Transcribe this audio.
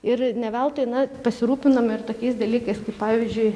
ir ne veltui na pasirūpiname ir tokiais dalykais pavyzdžiui